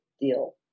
deal